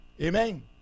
Amen